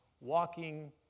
walking